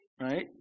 right